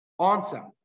answer